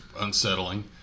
unsettling